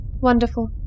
Wonderful